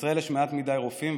בישראל יש מעט מדי רופאים,